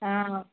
ஆ